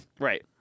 Right